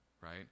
Right